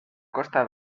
costa